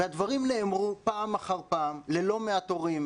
והדברים נאמרו פעם אחר פעם ללא מעט הורים,